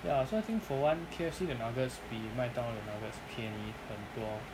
ya so I think for one K_F_C 的 nuggets 比麦当劳的便宜很多